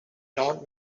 not